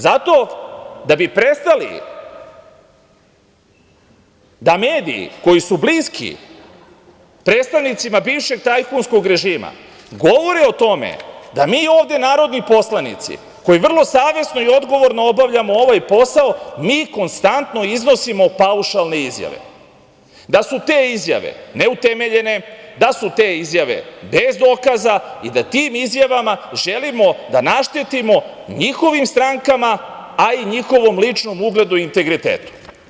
Zato da bi prestali da mediji koji su bliski predstavnicima bivšeg tajkunskog režima govore o tome da mi ovde narodni poslanici koji vrlo savesno i odgovorno obavljamo ovaj posao, mi konstantno iznosimo paušalne izjave da su te izjave neutemeljene, da su te izjave bez dokaza i da tim izjavama želimo da naštetimo njihovim strankama, a i njihovom ličnom ugledu i integritetu.